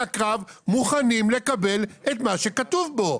הקרב מוכנים לקבל את מה שכתוב בו.